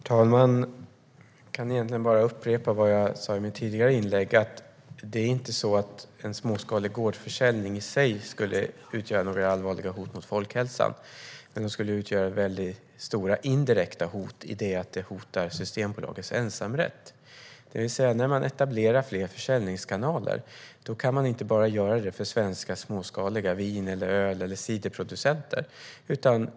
Herr talman! Jag kan egentligen bara upprepa vad jag sa i mitt tidigare inlägg: Det är inte så att en småskalig gårdsförsäljning i sig skulle utgöra några allvarliga hot mot folkhälsan. Men det skulle utgöra stora indirekta hot i och med att det hotar Systembolagets ensamrätt. När man etablerar fler försäljningskanaler kan man inte göra det bara för svenska småskaliga producenter av vin, öl eller cider.